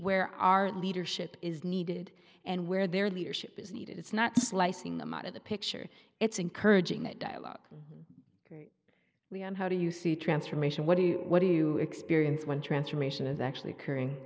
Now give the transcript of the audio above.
where our leadership is needed and where their leadership is needed it's not slicing them out of the picture it's encouraging that dialogue the and how do you see a transformation when what do you experience when transformation is actually occurring